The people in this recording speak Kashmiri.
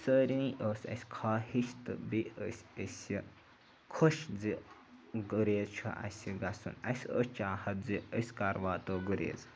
سٲرنی اوس اَسہِ خاہِش تہٕ بیٚیہِ ٲسۍ أسۍ خۄش زِ گُریز چھُ اَسہِ گژھُن اَسہِ ٲس چاہَت زِ أسۍ کَر واتو گُریز